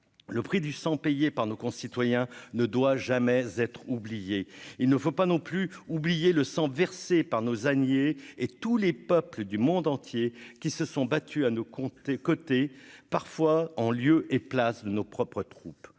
le prix du sang payer par nos concitoyens ne doit jamais être oubliée, il ne faut pas non plus oublier le sang versé par nos Zannier et tous les peuples du monde entier qui se sont battus à ne compter côté parfois en lieu et place de nos propres troupes,